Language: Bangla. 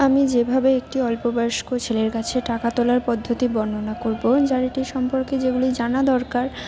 আমি যেভাবে একটি অল্প বয়স্ক ছেলের কাছে টাকা তোলার পদ্ধতি বর্ণনা করবো যার এটি সম্পর্কে যেগুলি জানা দরকার